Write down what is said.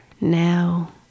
now